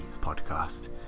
podcast